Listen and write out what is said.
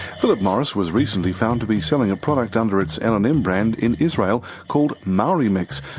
phillip morris was recently found to be selling a product under its l and m brand in israel called maori mix.